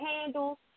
handles